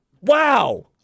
Wow